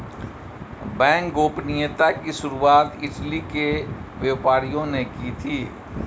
bank गोपनीयता की शुरुआत इटली के व्यापारियों ने की थी